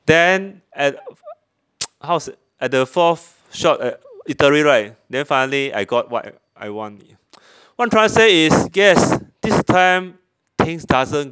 then at how to say at the fourth shop at eatery right then finally I got what I I want what I'm trying to say is guess this time things doesn't